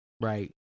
Right